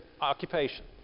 occupation